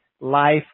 life